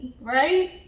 right